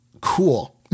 cool